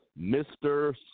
Mr